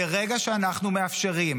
מרגע שאנחנו מאפשרים